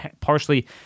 partially